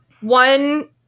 one